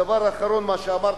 הדבר האחרון שאמרת,